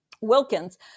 Wilkins